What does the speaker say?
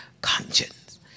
conscience